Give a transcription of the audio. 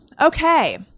Okay